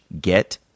get